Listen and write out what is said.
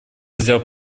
взял